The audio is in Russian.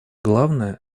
главное